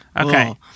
okay